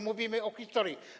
Mówimy o historii.